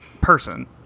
person